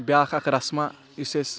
بیٛاکھ اَکھ رَسمَہ یُس أسۍ